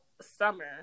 summer